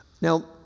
Now